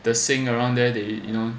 the sink around there they you know